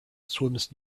swims